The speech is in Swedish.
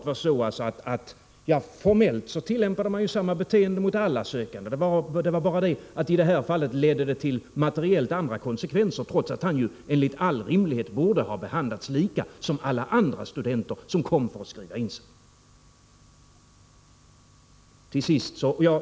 Där tillämpade man formellt samma beteende mot alla sökande, men i detta fall ledde det till materiellt andra konsekvenser, trots att denna student enligt all rimlighet borde ha behandlats lika som alla andra studenter som kom för att skriva in sig.